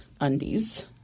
undies